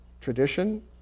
tradition